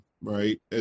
right